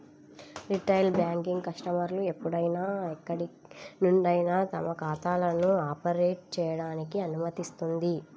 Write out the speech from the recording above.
retail banking కస్టమర్లు ఎప్పుడైనా ఎక్కడి నుండైనా తమ ఖాతాలను ఆపరేట్ చేయడానికి అనుమతిస్తుంది